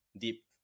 deep